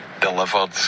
delivered